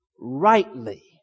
rightly